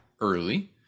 early